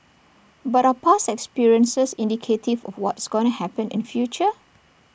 but are past experiences indicative of what's gonna happen in future